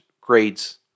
grades